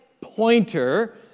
pointer